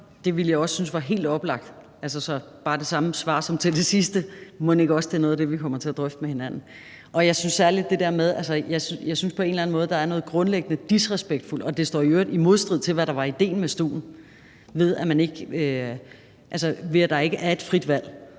Det ville jeg også synes var helt oplagt. Så det er altså bare det samme svar som til det sidste spørgsmål: Mon ikke også, det er noget af det, vi kommer til at drøfte med hinanden. Jeg synes på en eller anden måde, der er noget grundlæggende disrespektfuldt ved – og det står i øvrigt i modstrid til, hvad der var idéen med stu'en – at der ikke er et frit valg.